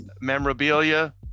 memorabilia